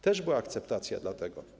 Też była akceptacja dla tego.